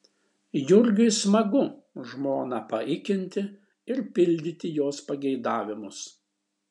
jurgiui smagu žmoną paikinti ir pildyti jos pageidavimus